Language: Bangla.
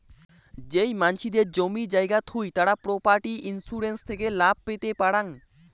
যেই মানসিদের জমি জায়গা থুই তারা প্রপার্টি ইন্সুরেন্স থেকে লাভ পেতে পারাং